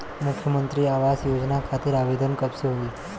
मुख्यमंत्री आवास योजना खातिर आवेदन कब से होई?